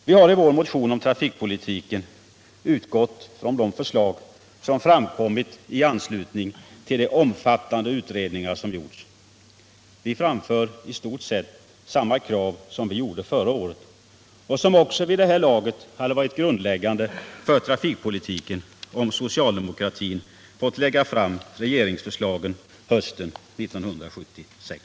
Vi har i vår motion om trafikpolitiken utgått från de förslag som framkommit i anslutning till de omfattande utredningar som gjorts. Vi framför i stort sett samma krav som vi ställde förra året och som också vid det här laget hade varit grundläggande för trafikpolitiken, om socialdemokratin fått lägga fram regeringsförslagen hösten 1976.